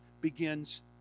begins